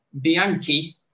Bianchi